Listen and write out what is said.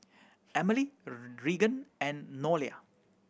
Emely Regan and Nolia